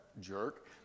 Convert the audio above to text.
jerk